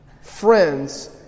Friends